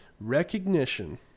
recognition